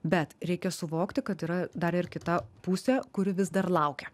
bet reikia suvokti kad yra dar ir kita pusė kuri vis dar laukia